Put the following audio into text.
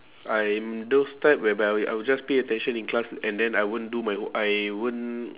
I'm those type whereby I will I will just pay attention in class and then I won't do my wo~ I won't